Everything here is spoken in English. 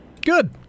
Good